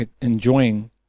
enjoying